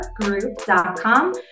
group.com